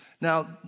Now